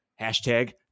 Hashtag